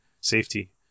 safety